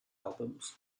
albums